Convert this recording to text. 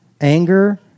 Anger